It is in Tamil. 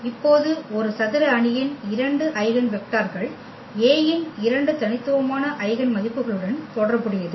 இப்போது ஒரு சதுர அணியின் இரண்டு ஐகென் வெக்டர்கள் A இன் இரண்டு தனித்துவமான ஐகென் மதிப்புகளுடன் தொடர்புடையது